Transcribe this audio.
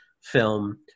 film